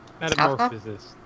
Metamorphosis